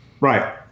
right